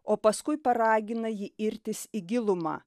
o paskui paragina jį irtis į gilumą